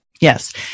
Yes